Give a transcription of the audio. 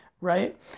right